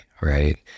Right